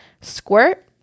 squirt